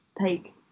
take